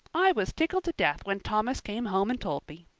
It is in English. i was tickled to death when thomas came home and told me.